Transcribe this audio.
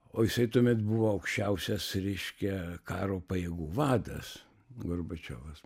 o jisai tuomet buvo aukščiausias reiškia karo pajėgų vadas gorbačiovas